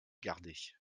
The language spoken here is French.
gardait